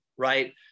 Right